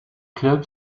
club